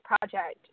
project